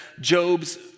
Job's